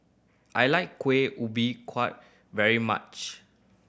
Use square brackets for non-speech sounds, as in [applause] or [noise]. I like Kueh Ubi [unintelligible] very much